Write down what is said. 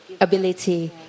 ability